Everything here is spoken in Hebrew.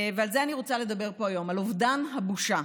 ועל זה אני רוצה לדבר פה היום, על אובדן הבושה.